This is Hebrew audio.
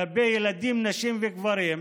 כלפי ילדים, נשים וגברים,